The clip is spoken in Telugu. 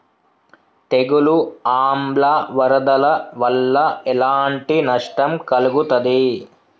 తెగులు ఆమ్ల వరదల వల్ల ఎలాంటి నష్టం కలుగుతది?